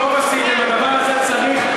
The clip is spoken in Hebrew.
הדבר הזה צריך,